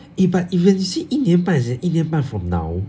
eh but eh when you say 一年半 is like 一年半 from now